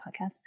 podcast